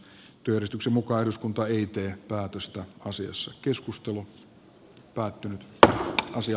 työjärjestyksen mukaan eduskunta ei tee päätöstä asiasta